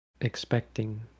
expecting